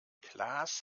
klaas